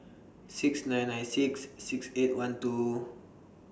six nine nine six six eight one two